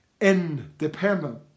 independent